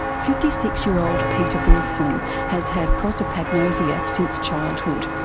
fifty six year old peter wilson has had prosopagnosia since childhood.